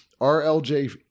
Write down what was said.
RLJ